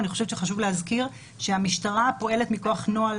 אני חושבת שחשוב להזכיר שהמשטרה פועלת מכוח נוהל,